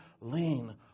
lean